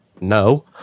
No